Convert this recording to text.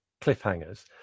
cliffhangers